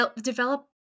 develop